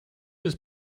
his